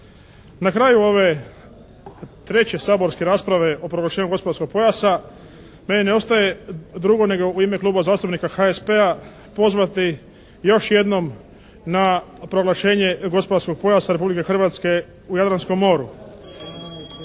Na kraju ove treće saborske rasprave o proglašenju gospodarskog pojasa meni ne ostaje drugo nego u ime Kluba zastupnika HSP-a pozvati još jednom na proglašenje gospodarskog pojasa Republike Hrvatske u Jadranskom moru.